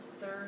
third